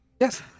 Yes